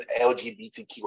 LGBTQ